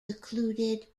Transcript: secluded